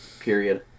period